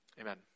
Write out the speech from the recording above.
amen